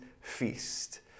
feast